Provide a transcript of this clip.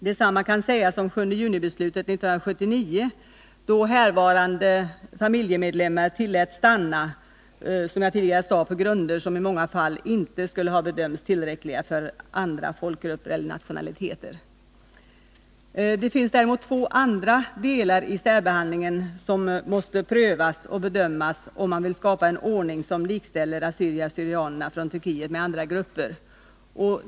Detsamma kan sägas om beslutet den 7 juni 1979, då härvarande familjemedlemmar tilläts stanna, som jag tidigare sade, på grunder som inte skulle ha bedömts som tillräckliga för andra folkgrupper eller nationaliteter. Det finns däremot två andra delar i särbehandlingen som måste bedömas och prövas, om man vill skapa en ordning som likställer assyrier/syrianer från Turkiet med andra grupper.